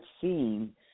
seeing